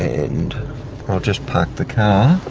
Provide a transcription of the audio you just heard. and i'll just park the car.